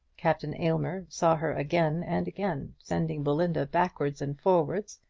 captain aylmer saw her again and again, sending belinda backwards and forwards,